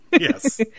Yes